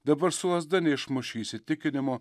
dabar su lazda neišmuši įsitikinimo